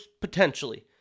Potentially